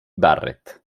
barrett